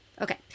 okay